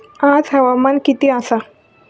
आज हवामान किती आसा?